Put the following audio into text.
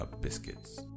biscuits